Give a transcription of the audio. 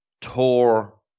Tore